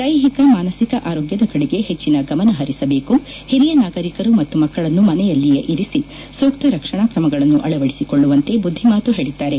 ದೈಹಿಕ ಮಾನಸಿಕ ಆರೋಗ್ಯದ ಕಡೆಗೆ ಹೆಚ್ಚಿನ ಗಮನ ಹರಿಸಬೇಕು ಹಿರಿಯ ನಾಗರಿಕರು ಮತ್ತು ಮಕ್ಕಳನ್ನು ಮನೆಯಲ್ಲಿಯೇ ಇರಿಸಿ ಸೂಕ್ತ ರಕ್ಷಣಾ ಕ್ರಮಗಳನ್ನು ಅಳವಡಿಸಿಕೊಳ್ಳುವಂತೆ ಬುದ್ದಿಮಾತು ಹೇಳಿದ್ದಾರೆ